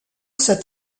cet